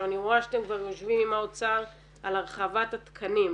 אני רואה שאתם כבר יושבים עם האוצר על הרחבת התקנים.